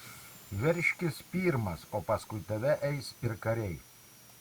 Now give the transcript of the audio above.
veržkis pirmas o paskui tave eis ir kariai